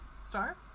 Star